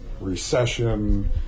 recession